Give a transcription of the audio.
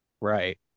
right